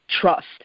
trust